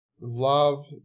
love